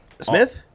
Smith